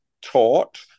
taught